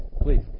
Please